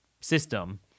system